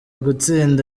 gutsinda